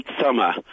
summer